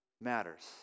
matters